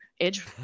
edge